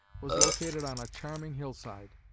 was located on a charming hillside.